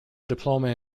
diploma